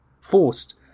Forced